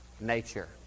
nature